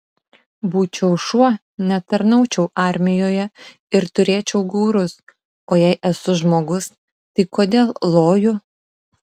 būčiau šuo netarnaučiau armijoje ir turėčiau gaurus o jei esu žmogus tai kodėl loju